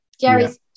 Jerry's